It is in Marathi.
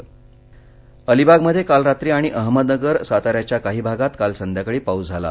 पाऊसः अलिबागमध्ये काल रात्री आणि अहमदनगर साताऱ्याच्या काही भागात काल संध्याकाळी पाऊस झाला